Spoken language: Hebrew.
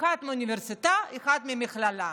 אחד מאוניברסיטה ואחד ממכללה,